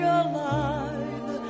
alive